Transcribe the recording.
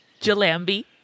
Jalambi